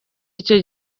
icyo